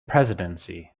presidency